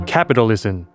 Capitalism